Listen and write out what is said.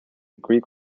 greek